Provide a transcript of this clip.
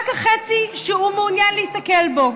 רק החצי שהוא מעוניין להסתכל בו.